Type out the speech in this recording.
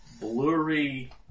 blurry